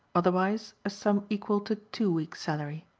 otherwise a sum equal to two weeks' salary.